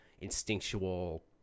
instinctual